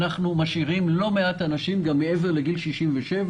אנחנו משאירים לא מעט אנשים גם מעבר גיל 67,